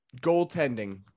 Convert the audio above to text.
goaltending